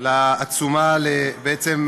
על העצומה, בעצם,